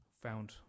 found